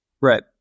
Right